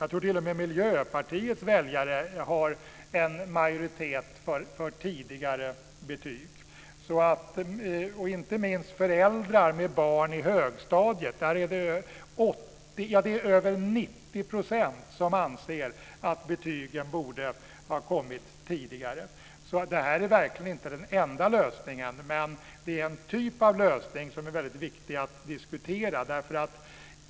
Jag tror t.o.m. att det bland Miljöpartiets väljare finns en majoritet för tidigare betyg. Detta gäller inte minst föräldrar med barn i högstadiet. Där anser över 90 % att betygen borde ha kommit tidigare. Betygen är verkligen inte den enda lösningen, men det är en typ av lösning som är viktig att diskutera.